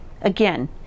Again